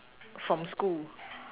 from school